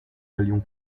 allions